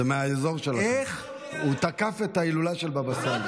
זה מהאזור שלך, הוא תקף את ההילולה של הבבא סאלי.